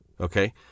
Okay